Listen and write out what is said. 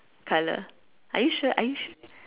colour are you sure are you sure